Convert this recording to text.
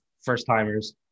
first-timers